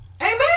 amen